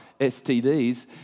STDs